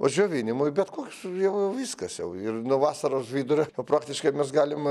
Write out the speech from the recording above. o džiovinimui bet kokius jau viskas jau ir nuo vasaros vidurio jau praktiškai mes galim